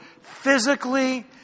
physically